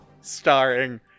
Starring